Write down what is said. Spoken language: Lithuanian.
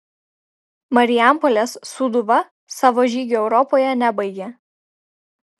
marijampolės sūduva savo žygio europoje nebaigė